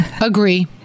Agree